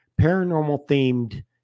paranormal-themed